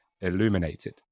illuminated